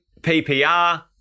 PPR